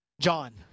John